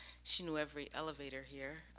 she knew every elevator here,